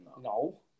No